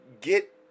get